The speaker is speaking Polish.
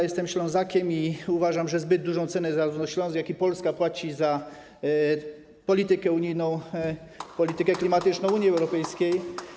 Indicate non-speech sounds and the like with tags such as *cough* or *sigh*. Jestem Ślązakiem i uważam, że zbyt dużą cenę zarówno Śląsk, jak i Polska płacą za politykę unijną, *applause* politykę klimatyczną Unii Europejskiej.